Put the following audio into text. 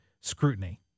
scrutiny